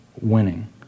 winning